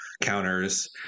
counters